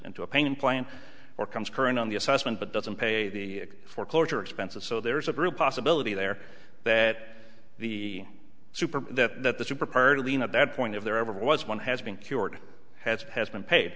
into a payment plan or comes current on the assessment but doesn't pay the foreclosure expenses so there is a real possibility there that the super that that the super party lien at that point if there ever was one has been cured has has been paid